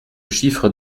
chiffre